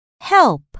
Help